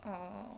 orh